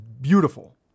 Beautiful